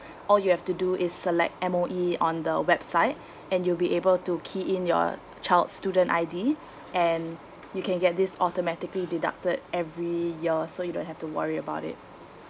all you have to do is select M_O_E on the website and you'll be able to key in your child student I_D and you can get this automatically deducted every year so you don't have to worry about it